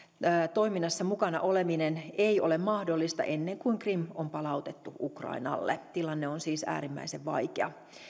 toiminnassa mukana oleminen ei ole mahdollista ennen kuin krim on palautettu ukrainalle tilanne on siis äärimmäisen vaikea